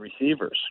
receivers